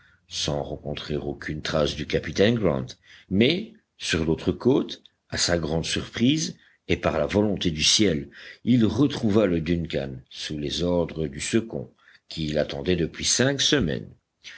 sans rencontrer aucune trace du capitaine grant mais sur l'autre côte à sa grande surprise et par la volonté du ciel il retrouva le duncan sous les ordres du second qui l'attendait depuis cinq semaines